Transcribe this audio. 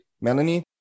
Melanie